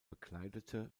bekleidete